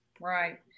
Right